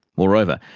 moreover,